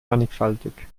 mannigfaltig